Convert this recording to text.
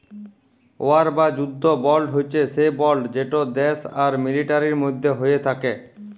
war বা যুদ্ধ বল্ড হছে সে বল্ড যেট দ্যাশ আর মিলিটারির মধ্যে হ্যয়ে থ্যাকে